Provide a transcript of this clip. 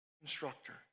instructor